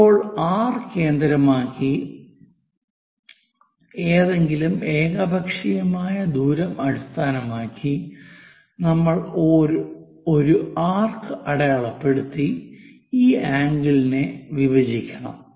ഇപ്പോൾ R കേന്ദ്രമാക്കി ഏതെങ്കിലും ഏകപക്ഷീയമായ ദൂരം അടിസ്ഥാനമാക്കി നമ്മൾ ഒരു ആർക് അടയാളപ്പെടുത്തി ഈ ആംഗിൾ നെ വിഭജിക്കണം